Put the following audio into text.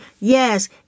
Yes